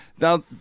now